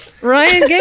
Ryan